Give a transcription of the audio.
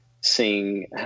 seeing